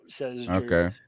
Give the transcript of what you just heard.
Okay